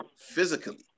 physically